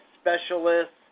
specialists